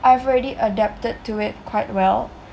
I've already adapted to it quite well